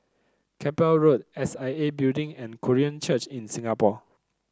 Keppel Road S I A Building and Korean Church in Singapore